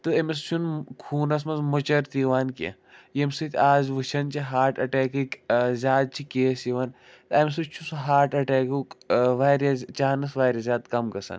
تہٕ أمِس چھُنہٕ خوٗنَس منٛز مۄچَر تہِ یِوان کیٚنٛہہ ییٚمہِ سۭتۍ آز وٕچھان چھِ ہارٹ اَٹیکٕکۍ زیادٕ چھِ کیس یِوان اَمہِ سۭتۍ چھِ سُہ ہارٹ اَٹیکُک واریاہ زِ چانٕس واریاہ زیادٕ کَم گژھان